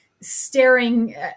staring